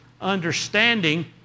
understanding